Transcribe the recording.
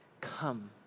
come